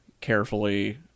carefully